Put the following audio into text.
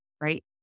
right